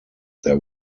there